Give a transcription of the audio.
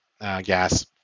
gas